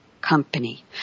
company